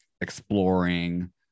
exploring